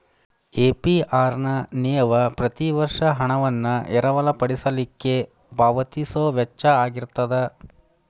APR ನ ನೇವ ಪ್ರತಿ ವರ್ಷ ಹಣವನ್ನ ಎರವಲ ಪಡಿಲಿಕ್ಕೆ ಪಾವತಿಸೊ ವೆಚ್ಚಾಅಗಿರ್ತದ